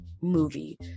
movie